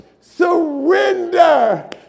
surrender